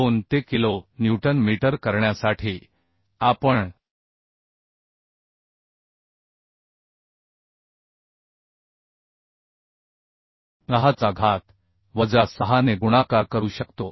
2 ते kilo newton metre करण्यासाठी आपण 10 चा घात वजा 6 ने गुणाकार करू शकतो